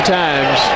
times